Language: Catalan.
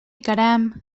caram